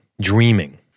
dreaming